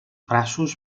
braços